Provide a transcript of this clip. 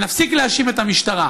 ונפסיק להאשים את המשטרה.